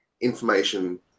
information